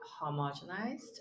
homogenized